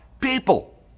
people